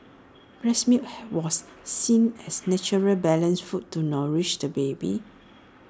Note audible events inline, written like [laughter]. breast milk [noise] was seen as nature's balanced food to nourish the baby